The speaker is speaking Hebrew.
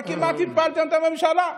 הרי כמעט הפלתם את הממשלה.